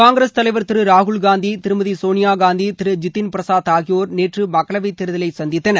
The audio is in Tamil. காங்கிரஸ் ராகுல்காந்தி தலைவர் திரு திருமதி சோனியாகாந்தி திரு ஜிதின் பிரசாத் ஆகியோர் நேற்று மக்களவைத் தேர்தலை சந்தித்தனர்